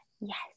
Yes